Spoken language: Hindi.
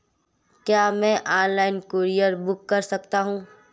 क्या मैं ऑनलाइन कूरियर बुक कर सकता हूँ?